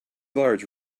large